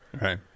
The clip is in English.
right